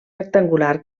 rectangular